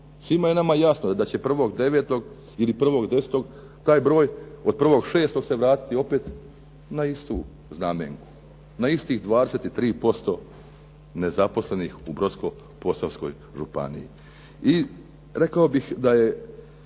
Svima je nama jasno da će 1.9. ili 1.10. taj broj od 1.6. se vratiti opet na istu znamenku. Na istih 23% nezaposlenih u Brodsko-posavskoj županiji.